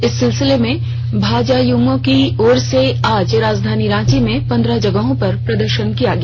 इस सिलसिले में भाजयूमों की ओर से आज राजधानी रांची में पंद्रह जगहों पर प्रदर्शन किया गया